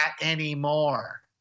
anymore